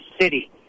city